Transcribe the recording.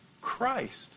Christ